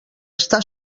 està